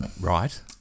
Right